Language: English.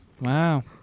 wow